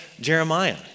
Jeremiah